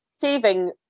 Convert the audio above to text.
saving